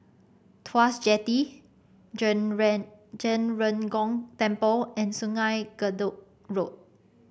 Tuas Jetty Zhen Ren Zhen Ren Gong Temple and Sungei Gedong Road